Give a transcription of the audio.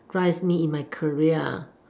drives me in my career